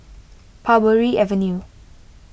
Parbury Avenue